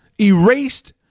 erased